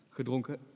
gedronken